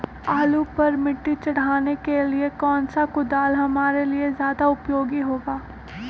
आलू पर मिट्टी चढ़ाने के लिए कौन सा कुदाल हमारे लिए ज्यादा उपयोगी होगा?